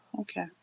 Okay